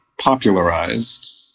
popularized